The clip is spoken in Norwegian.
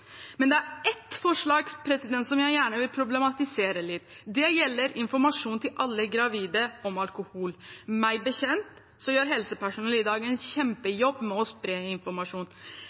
Men det er ett forslag som jeg gjerne vil problematisere litt. Det gjelder informasjon til alle gravide om alkohol. Meg bekjent gjør helsepersonell i dag en kjempejobb med å spre informasjon.